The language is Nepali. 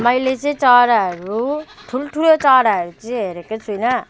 मैले चाहिँ चराहरू ठुल्ठुलो चराहरू चाहिँ हेरेको छुइनँ